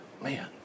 man